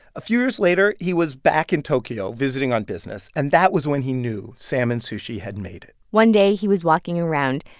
a few years later, he was back in tokyo, visiting on business. and that was when he knew salmon sushi had made it one day, he was walking around,